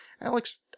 Alex